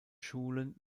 schulen